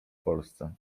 polsce